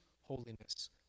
holiness